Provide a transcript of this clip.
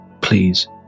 Please